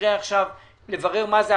נברר עכשיו מה זה.